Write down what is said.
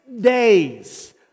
days